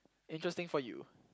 interesting for you